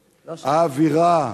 האווירה,